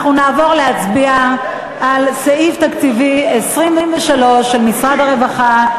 אנחנו נעבור להצביע על סעיף תקציבי 23 של משרד הרווחה,